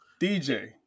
DJ